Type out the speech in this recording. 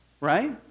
Right